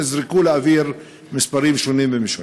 נזרקו לאוויר מספרים שונים ומשונים.